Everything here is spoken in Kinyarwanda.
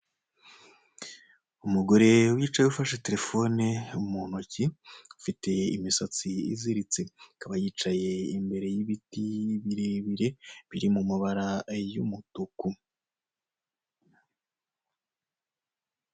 Umugore wicye ufashe terefone mu ntoki ufite imisatsi iziritse. akaba yicaye imbere y'ibiti bire bire biri mu mabara y'umutuku.